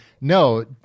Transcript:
No